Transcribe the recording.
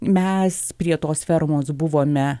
mes prie tos fermos buvome